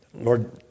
Lord